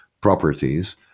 properties